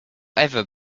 ever